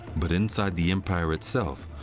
but inside the empire itself,